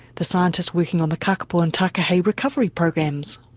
the scientist working on the kakapo and takahe recovery programs.